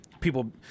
people